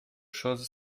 choses